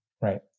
right